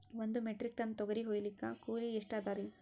ಒಂದ್ metric ton ತೊಗರಿ ಹೋಯಿಲಿಕ್ಕ ಕೂಲಿ ಎಷ್ಟ ಅದರೀ?